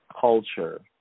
culture